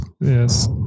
Yes